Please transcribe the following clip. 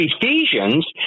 Ephesians